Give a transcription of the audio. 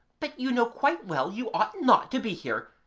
but you know quite well you ought not to be here,